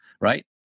right